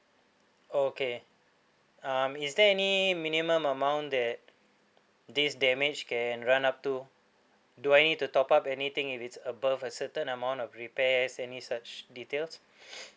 okay um is there any minimum amount that this damage can run up to do I need to top up anything if it's above a certain amount of repairs any such details